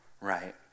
right